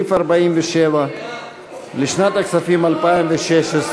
סעיף 47 לשנת הכספים 2016,